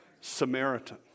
Samaritan